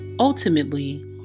Ultimately